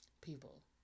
People